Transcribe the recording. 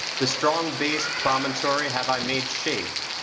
the strong based promontory have i made shake,